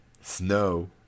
snow